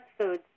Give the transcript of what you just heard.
foods